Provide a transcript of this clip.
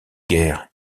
guerre